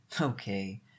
Okay